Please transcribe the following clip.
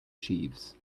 sheaves